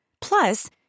Plus